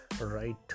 right